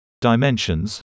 Dimensions